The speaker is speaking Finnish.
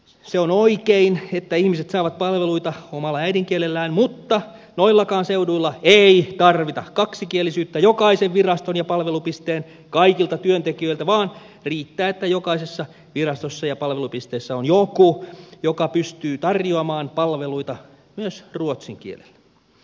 se on oikein että ihmiset saavat palveluita omalla äidinkielellään mutta noillakaan seuduilla ei tarvita kaksikielisyyttä jokaisen viraston ja palvelupisteen kaikilta työntekijöiltä vaan riittää että jokaisessa virastossa ja palvelupisteessä on joku joka pystyy tarjoamaan palveluita myös ruotsin kielellä